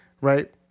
right